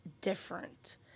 different